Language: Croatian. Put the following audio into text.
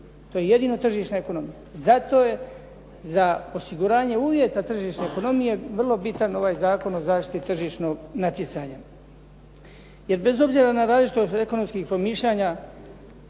To je jedino tržišna ekonomija. Zato je za osiguranje uvjeta tržišne ekonomije vrlo bitan ovaj Zakon o zaštiti tržišnog natjecanja. Jer bez obzira na različitost ekonomskih promišljanja,